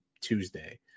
Tuesday